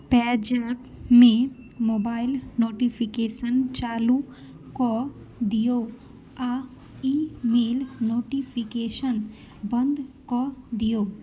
पेजैपमे mobile notification चालू कऽ दियौ आ ई मेल नोटिफिकेशन बन्द कऽ दियौ